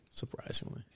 Surprisingly